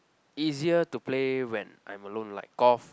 easier to play when I'm alone like Golf